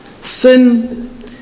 Sin